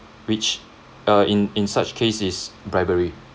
which uh in in such case is bribery